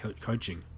coaching